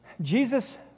Jesus